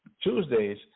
Tuesdays